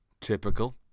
Typical